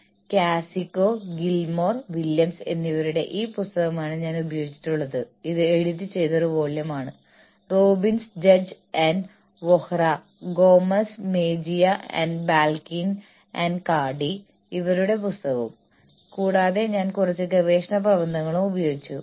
എക്സിക്യൂട്ടീവുകൾക്കുള്ള പ്രോത്സാഹനത്തെക്കുറിച്ചും ഞങ്ങൾ സംസാരിച്ചു ഇത് നിങ്ങളോട് പൂർണ്ണമായി വിശദീകരിക്കാൻ എനിക്ക് അവസരം ലഭിച്ചില്ല അതിനാൽ ഇത് പൂർത്തിയാക്കാൻ ഞാൻ ഈ അവസരം ഉപയോഗിക്കും